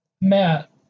Matt